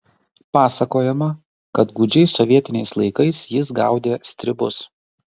pasakojama kad gūdžiais sovietiniais laikais jis gaudė stribus